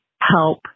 help